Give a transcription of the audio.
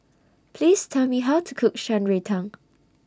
Please Tell Me How to Cook Shan Rui Tang